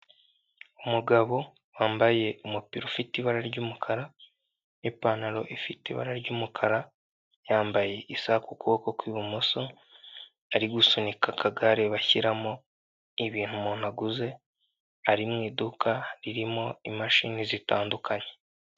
Umugabo wambaye umupira ufite ibara ry'umukara n'ipantaro ifite ibara ry'umukara, yambaye isaha ku kuboko kw'ibumoso, ari gusunika akagare bashyiramo ibintu umuntu aguze, ari mu iduka ririmo imashini zitandukanye.